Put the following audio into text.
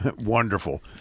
wonderful